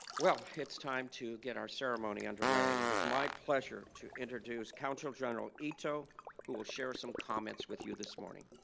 well it's time to get our ceremony underway and it's my pleasure to introduce counsel general ito who will share some comments with you this morning